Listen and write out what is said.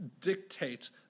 dictates